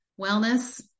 wellness